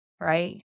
right